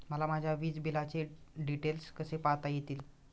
मला माझ्या वीजबिलाचे डिटेल्स कसे पाहता येतील?